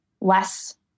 less